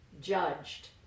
judged